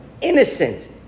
innocent